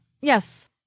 yes